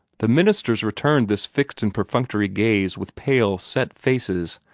the ministers returned this fixed and perfunctory gaze with pale, set faces,